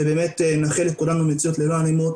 ובאמת נאחל לכולנו מציאות ללא אלימות